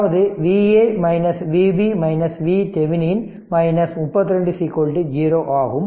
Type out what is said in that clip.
அதாவது Va Vb VThevenin 32 0 ஆகும்